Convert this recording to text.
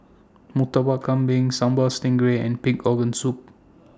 Murtabak Kambing Sambal Stingray and Pig Organ Soup